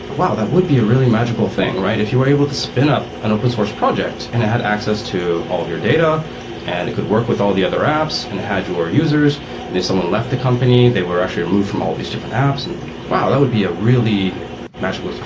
wow! that would be a really magical thing, right? if you were able to spin up an open source project and it had access to all of your data and it could work with all the other apps and it had your users and if someone left the company, they were actually removed from all these different apps. wow! that would be a really magical.